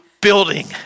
building